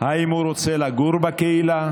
אם הוא רוצה לגור בקהילה,